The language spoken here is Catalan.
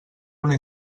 una